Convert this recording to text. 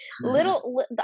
little